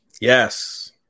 yes